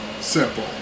simple